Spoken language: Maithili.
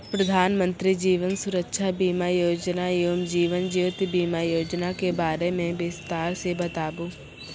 प्रधान मंत्री जीवन सुरक्षा बीमा योजना एवं जीवन ज्योति बीमा योजना के बारे मे बिसतार से बताबू?